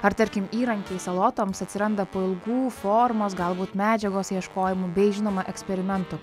ar tarkim įrankiai salotoms atsiranda po ilgų formos galbūt medžiagos ieškojimų bei žinoma eksperimentų